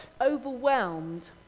overwhelmed